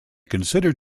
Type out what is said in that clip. considered